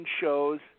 shows